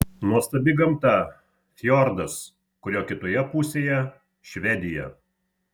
nuostabi gamta fjordas kurio kitoje pusėje švedija